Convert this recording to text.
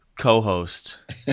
co-host